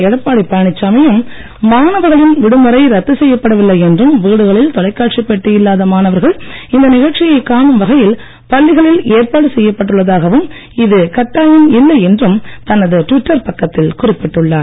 எடப்பாடி பழனிசாமியும் மாணவர்களின் விடுமுறை ரத்து செய்யப்படவில்லை என்றும் வீடுகளில் தொலைக்காட்சி பெட்டி இல்லாத மாணவர்கள் இந்த நிகழ்ச்சியை காணும் வகையில் பள்ளிகளில் ஏற்பாடு செய்யப்பட்டுள்ளதாகவும் இது கட்டாயம் இல்லை என்றும் தனது டுவிட்டர் பக்கத்தில் குறிப்பிட்டுள்ளார்